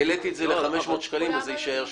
העליתי את זה ל-500 שקלים וזה יישאר שם.